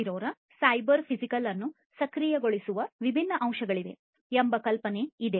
0 ರ ಸೈಬರ್ ಫಿಸಿಕಲ್ಅನ್ನು ಸಕ್ರಿಯಗೊಳಿಸುವ ವಿಭಿನ್ನ ಅಂಶಗಳಿವೆ ಎಂಬ ಕಲ್ಪನೆ ಇದೆ